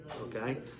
okay